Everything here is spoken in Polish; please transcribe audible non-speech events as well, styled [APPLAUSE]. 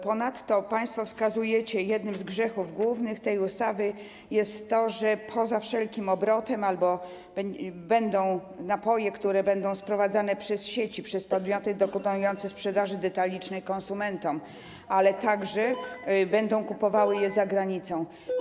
Ponadto państwo wskazujecie, jest to jeden z grzechów głównych tej ustawy, że poza wszelkim obrotem będą napoje, które będą sprowadzane przez sieci, przez podmioty dokonujące sprzedaży detalicznej konsumentom, ale także [NOISE] będą kupowane za granicą.